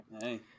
Hey